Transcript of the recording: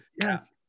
yes